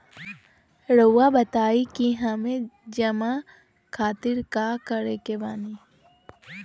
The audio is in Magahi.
रहुआ बताइं कि हमें जमा खातिर का करे के बानी?